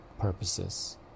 purposes